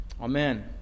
Amen